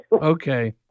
Okay